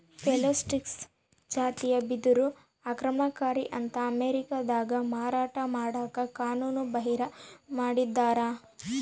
Phyllostachys ಜಾತಿಯ ಬಿದಿರು ಆಕ್ರಮಣಕಾರಿ ಅಂತ ಅಮೇರಿಕಾದಾಗ ಮಾರಾಟ ಮಾಡಕ ಕಾನೂನುಬಾಹಿರ ಮಾಡಿದ್ದಾರ